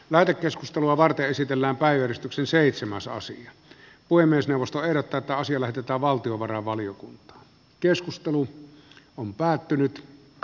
nato keskustelua varten esitellään päivystyksen seitsemän saa siihen voi myös neuvosto erotetaan siellä pitää valtiovarainvaliokunta oltu kuluttajien puolella